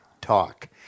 Talk